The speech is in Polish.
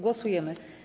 Głosujemy.